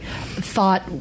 thought